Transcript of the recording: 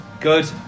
Good